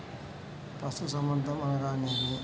పశుసంవర్ధకం అనగానేమి?